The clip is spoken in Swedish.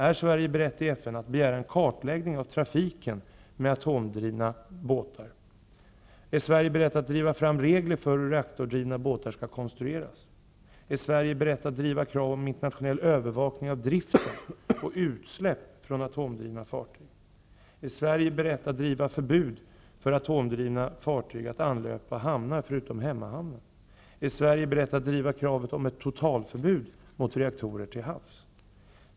Är Sverige berett att i FN begära en kartläggning av trafiken med atomdrivna båtar? --Är Sverige berett att driva fram regler för hur reaktordrivna båtar skall konstrueras? --Är Sverige berett att driva krav på internationell övervakning av drift och utsläpp från atomdrivna fartyg? --Är Sverige berett att driva förbud för atomdrivna fartyg att anlöpa hamnar, förutom hemmahamnen? --Är Sverige berett att driva kravet på totalförbud mot reaktorer till havs?